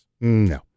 No